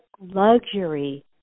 luxury